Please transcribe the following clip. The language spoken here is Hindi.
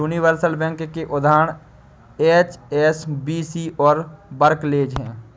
यूनिवर्सल बैंक के उदाहरण एच.एस.बी.सी और बार्कलेज हैं